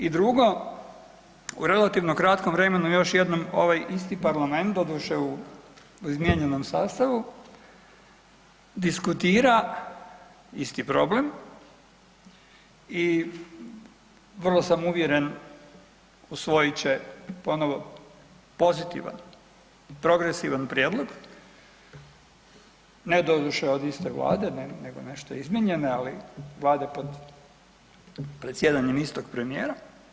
I drugo, u relativnom kratkom vremenu još jednom ovaj isti parlament, doduše u izmijenjenom sastavu, diskutira isti problem i vrlo sam uvjeren usvojit će ponovo pozitivan, progresivan prijedlog, ne doduše od iste Vlade nego nešto izmijenjene ali Vlade pod predsjedanjem istog premijera.